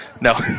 No